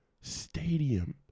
stadium